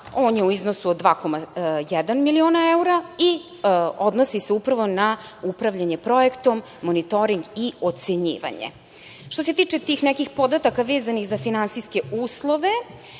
on je u iznosu od 2,1 milion evra i odnosi se upravo na upravljanje projektom, monitoring i ocenjivanje. Što se tiče tih nekih podataka vezanih za finansijske uslove,